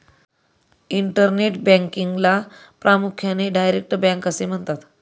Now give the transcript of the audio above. internet बँकिंगला प्रामुख्याने direct bank असे म्हणतात